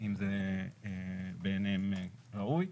אם זה בעיניהם ראוי.